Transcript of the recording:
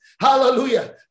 Hallelujah